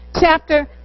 chapter